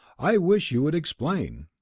i wish you would explain.